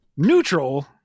Neutral